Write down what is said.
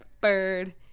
bird